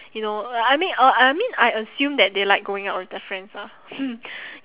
you know uh I mean uh I mean I assume that they like going out with their friends ah